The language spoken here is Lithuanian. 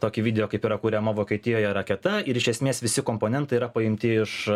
tokį video kaip yra kuriama vokietijoje raketa ir iš esmės visi komponentai yra paimti iš